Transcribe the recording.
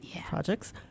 Projects